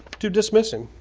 to dismiss him